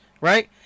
Right